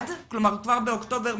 כבר באוקטובר,